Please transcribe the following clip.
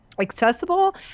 accessible